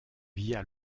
via